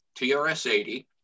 TRS-80